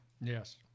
Yes